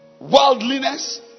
worldliness